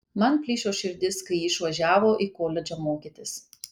man plyšo širdis kai ji išvažiavo į koledžą mokytis